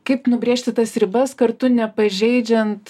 kaip nubrėžti tas ribas kartu nepažeidžiant